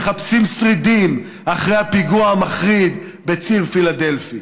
מחפשים שרידים אחרי הפיגוע המחריד בציר פילדלפי.